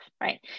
right